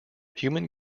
human